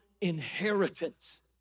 inheritance